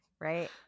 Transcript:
Right